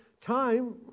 time